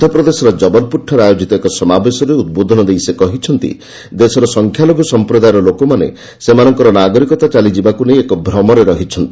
ମଧ୍ୟ ପ୍ରଦେଶର ଜବଲପ୍ରରଠାରେ ଆୟୋଜିତ ଏକ ସମାବେଶରେ ଉଦ୍ବୋଧନ ଦେଇ ସେ କହିଛନ୍ତି ଦେଶର ସଂଖ୍ୟାଲଘ୍ର ସମ୍ପ୍ରଦାୟର ଲୋକମାନେ ସେମାନଙ୍କର ନାଗରିକତା ଚାଲିଯିବାକୁ ନେଇ ଏକ ଭ୍ରମରେ ଅଛନ୍ତି